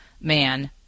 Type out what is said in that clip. man